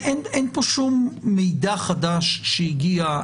אין פה שום מידע חדש שהגיע,